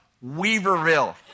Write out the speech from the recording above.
Weaverville